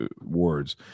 words